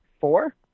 four